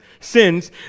sins